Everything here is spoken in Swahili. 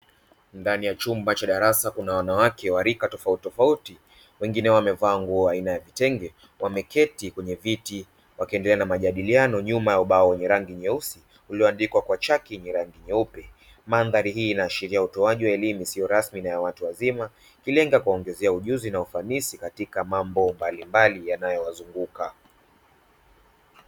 Ndani ya chumba cha darasa kuna wanawake wa rika tofautitofauti wengine wamevaa nguo aina ya vitenge wameketi kwenye viti wakiendelea na majadiliano nyuma ya ubao wenye rangi nyeusi uliyoandikwa kwa chaki yenye rangi nyeupe, mandhari hii inaashiria utoaji wa elimu isiyo rasmi na ya watu wazima ikilenga kuwaongezea ujuzi na ufanisi katika mambo mbalimbali yanayowazunguka.